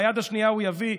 ביד השנייה הוא יביא,